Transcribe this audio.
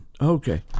Okay